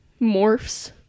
morphs